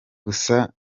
gusa